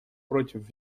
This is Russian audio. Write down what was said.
против